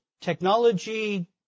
Technology